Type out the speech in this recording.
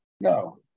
No